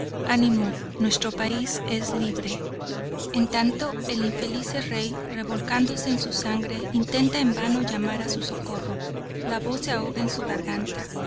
animo nuestro país es libre en tanto el infelice rey revolcándose en su sangre intenta en vano llamar a su socorro la voz se ahoga en su garganta